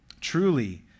truly